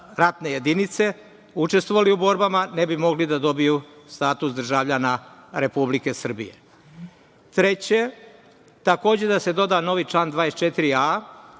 ratne jedinice, učestvovali u borbama, ne bi mogli da dobiju status državljana Republike Srbije. Treće, takođe da se doda novi član 24a,